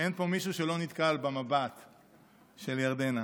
שאין פה מישהו שלא נתקל במבט של ירדנה.